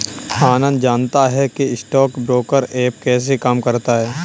आनंद जानता है कि स्टॉक ब्रोकर ऐप कैसे काम करता है?